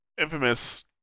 Infamous